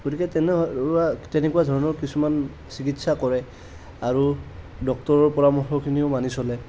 গতিকে তেনে তেনেকুৱা ধৰণৰ কিছুমান চিকিৎসা কৰে আৰু ডক্তৰৰ পৰামৰ্শখিনিও মানি চলে